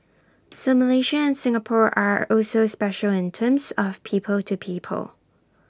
so Malaysia and Singapore are also special in terms of people to people